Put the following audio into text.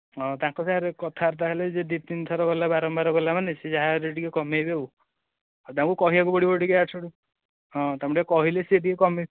ହଁ ତାଙ୍କ ସାଙ୍ଗରେ କଥାବାର୍ତ୍ତା ହେଲେ ଦୁଇ ତିନି ଥର ବାରମ୍ବାର ଗଲା ମାନେ ସେ ଯାହାହେଲେ ଟିକିଏ କମେଇବେ ଆଉ ଆଉ ତାଙ୍କୁ କହିବାକୁ ପଡ଼ିବ ଟିକିଏ ୟାଡୁ ସିଆଡ଼ୁ ହଁ ତାଙ୍କୁ ଟିକିଏ କହିଲେ ସେ ଟିକିଏ କମି